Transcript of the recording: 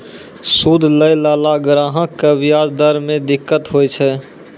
सूद लैय लाला ग्राहक क व्याज दर म दिक्कत होय छै